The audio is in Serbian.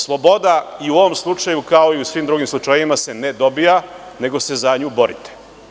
Sloboda i u ovom slučaju, kao i u svim drugim slučajevima se ne dobija nego se za nju borite.